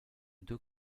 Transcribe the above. deux